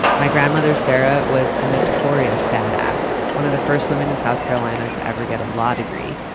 my grandmother sarah was a notorious badass, one of the first women in south carolina to ever get a law degree.